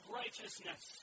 righteousness